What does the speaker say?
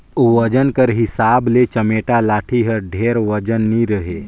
ओजन कर हिसाब ले चमेटा लाठी हर ढेर ओजन नी रहें